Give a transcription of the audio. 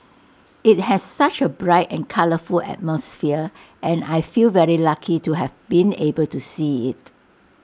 IT has such A bright and colourful atmosphere and I feel very lucky to have been able to see IT